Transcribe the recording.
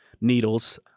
needles